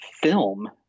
film